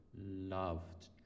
loved